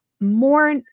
more